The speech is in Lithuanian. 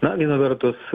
na viena vertus